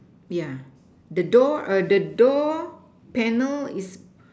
yeah the door err the door panel is